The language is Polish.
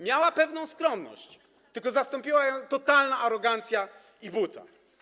Miała pewną skromność, tylko zastąpiła ją totalna arogancja i buta.